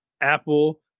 Apple